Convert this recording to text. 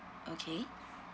okay